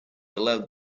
allowed